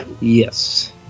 Yes